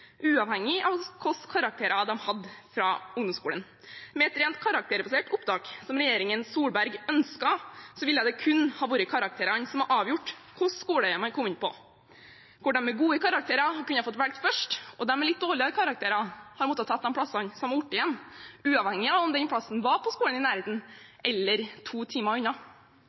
av der de bor, uavhengig av hvilke karakterer de hadde fra ungdomsskolen. Med et rent karakterbasert opptak, som regjeringen Solberg ønsket, ville det kun ha vært karakterene som avgjorde hvilken skole man kom inn på – hvor de med gode karakterer kunne ha fått velge først, og de med litt dårligere karakterer måtte ha tatt de plassene som ble igjen, uavhengig av om den plassen var på skolen i nærheten eller to timer unna.